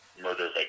murder